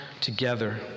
together